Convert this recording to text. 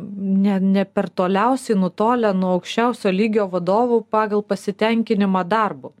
ne ne per toliausiai nutolę nuo aukščiausio lygio vadovų pagal pasitenkinimą darbu